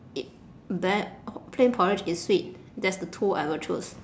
it bad plain porridge is sweet that's the two I will choose